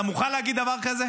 אתה מוכן להגיד דבר כזה?